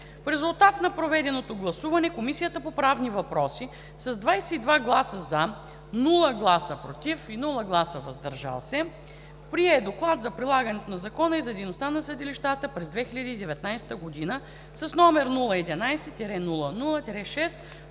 В резултат на проведеното гласуване Комисията по правни въпроси с 22 гласа „за“ , без „против“ и „въздържал се“ прие Доклад за прилагането на закона и за дейността на съдилищата през 2019 г., № 011-00-6,